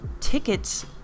tickets